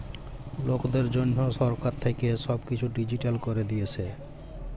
লকদের জনহ সরকার থাক্যে সব কিসু ডিজিটাল ক্যরে দিয়েসে